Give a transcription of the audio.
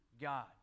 God